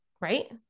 right